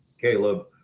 Caleb